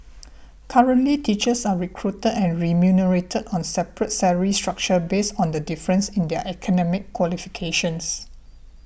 currently teachers are recruited and remunerated on separate salary structures based on the difference in their academic qualifications